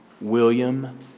William